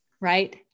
right